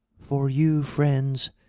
for you, friends,